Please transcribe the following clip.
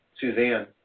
Suzanne